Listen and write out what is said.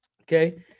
Okay